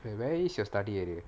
wait where is your study area